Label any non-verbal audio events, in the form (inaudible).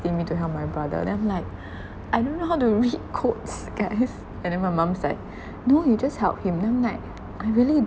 asking me to help my brother then I'm like I don't know how to read codes guys (laughs) and then my mum's like no you just help him then I'm like I really